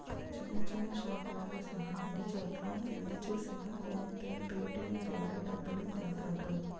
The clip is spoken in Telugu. చిన్న చిన్న షాపులతో సహా అన్ని చోట్లా ఏడ చూసినా ఫోన్ పే పేటీఎం ద్వారా డబ్బులు కడతాండ్రు